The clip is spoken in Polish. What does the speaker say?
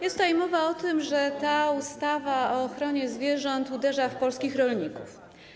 Jest tutaj mowa o tym, że ta ustawa o ochronie zwierząt uderza w polskich rolników.